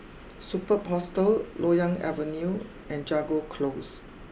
Superb Hostel Loyang Avenue and Jago close